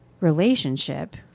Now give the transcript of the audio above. relationship